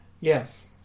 yes